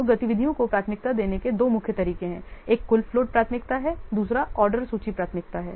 तो गतिविधियों को प्राथमिकता देने के दो मुख्य तरीके हैं एक कुल फ्लोट प्राथमिकता है दूसरा ऑर्डर सूची प्राथमिकता है